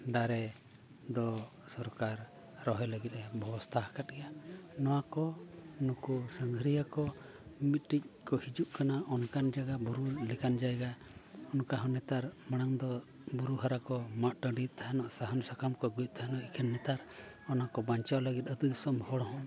ᱫᱟᱨᱮ ᱫᱚ ᱥᱚᱨᱠᱟᱨ ᱨᱚᱦᱚᱭ ᱞᱟᱹᱜᱤᱫ ᱮ ᱵᱮᱵᱚᱥᱛᱷᱟ ᱟᱠᱟᱫ ᱜᱮᱭᱟ ᱱᱚᱣᱟ ᱠᱚ ᱱᱩᱠᱩ ᱥᱟᱸᱜᱷᱟᱨᱤᱭᱟᱹ ᱠᱚ ᱢᱠᱤᱫᱴᱤᱡ ᱠᱚ ᱦᱤᱡᱩᱜ ᱠᱟᱱᱟ ᱚᱱᱠᱟᱱ ᱡᱟᱭᱜᱟ ᱵᱩᱨᱩ ᱞᱮᱠᱟᱱ ᱡᱟᱭᱜᱟ ᱚᱱᱠᱟ ᱦᱚᱸ ᱱᱮᱛᱟᱨ ᱢᱟᱲᱟᱝ ᱫᱚ ᱵᱩᱨᱩᱦᱟᱨᱟ ᱠᱚ ᱢᱟᱜ ᱴᱟᱺᱰᱤᱭᱮᱫ ᱛᱟᱦᱮᱱ ᱥᱟᱦᱟᱱᱼᱥᱟᱠᱟᱢ ᱠᱚ ᱟᱹᱜᱩᱭᱮᱫ ᱛᱟᱦᱮᱱ ᱮᱠᱷᱮᱱ ᱱᱮᱛᱟᱨ ᱚᱱᱟ ᱠᱚ ᱵᱟᱧᱪᱟᱣ ᱞᱟᱹᱜᱤᱫ ᱫᱚ ᱟᱛᱳᱼᱫᱤᱥᱚᱢ ᱦᱚᱲᱦᱚᱸ